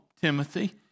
Timothy